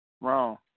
Wrong